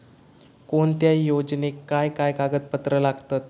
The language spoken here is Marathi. कोणत्याही योजनेक काय काय कागदपत्र लागतत?